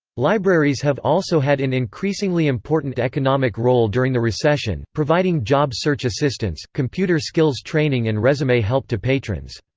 libraries have also had in increasingly important economic role during the recession, providing job search assistance, computer skills training and resume help to patrons.